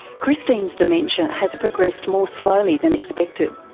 christine's dementia has progressed more slowly than expected,